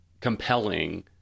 compelling